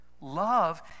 Love